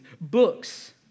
books